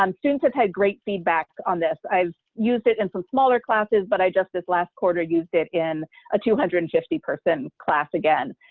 um students have had great feedback on this. i've used it in some smaller classes, but i just this last quarter used it in a two hundred and fifty person class again,